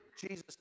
Jesus